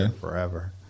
forever